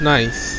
Nice